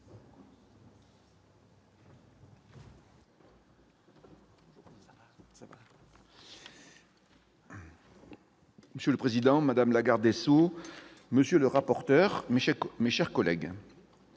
Monsieur le président, madame la garde des sceaux, monsieur le rapporteur, mes chers collègues,